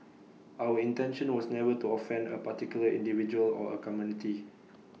our intention was never to offend A particular individual or A community